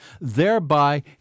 thereby